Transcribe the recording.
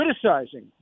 criticizing